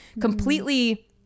completely